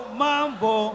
mambo